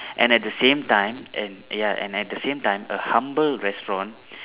and at the same time and ya and at the same time a humble restaurant